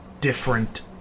different